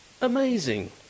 amazing